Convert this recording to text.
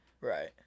Right